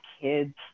Kids